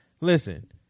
Listen